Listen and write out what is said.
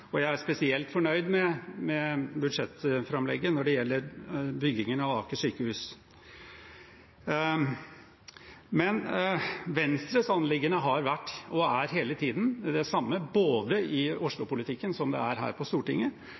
Oslo. Jeg er spesielt fornøyd med budsjettframlegget når det gjelder byggingen av Aker sykehus. Venstres anliggende har vært og er hele tiden det samme, både i Oslo-politikken og her på Stortinget: